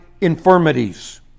infirmities